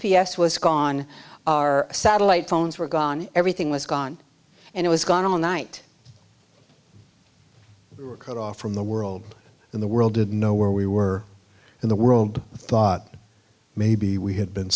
p s was gone our satellite phones were gone everything was gone and it was gone all night cut off from the world and the world didn't know where we were in the world thought maybe we had been